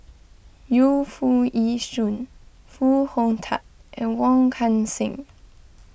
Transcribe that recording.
Yu Foo Yee Shoon Foo Hong Tatt and Wong Kan Seng